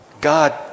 God